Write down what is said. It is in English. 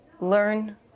learn